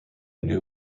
new